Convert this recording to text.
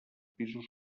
pisos